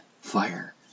fire